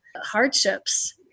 hardships